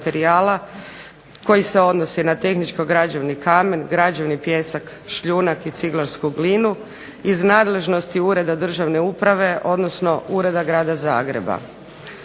koji se odnosi na tehničko-građevni kamen, građevni pijesak šljunak i ciglarsku glinu, iz nadležnosti Ureda državne uprave, odnosno Ureda Grada Zagreba.